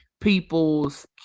people's